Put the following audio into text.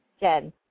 Jen